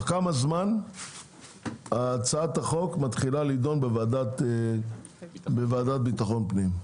תוך כמה זמן הצעת החוק מתחילה לידון בוועדת ביטחון פנים,